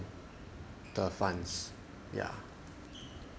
the funds yeah